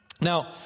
Now